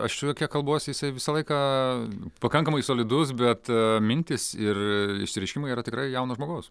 aš su juo kiek kalbuosi jisai visą laiką pakankamai solidus bet mintys ir išsireiškimai yra tikrai jauno žmogaus